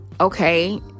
Okay